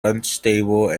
unstable